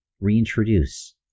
reintroduce